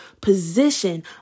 position